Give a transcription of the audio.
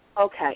Okay